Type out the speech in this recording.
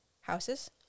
houses